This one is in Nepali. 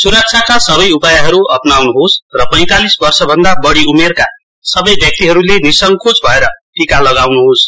सुरक्षाका सबै उपायहरू अप्नाउनुहोस् र पैंतालिस वर्षभन्दा बढी उमेरका सबै व्यक्तिहरूले निसङ्कोच भएर टीका लगाउन्होस्